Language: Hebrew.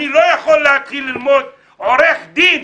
אני לא יכול להתחיל ללמוד בתור עורך דין,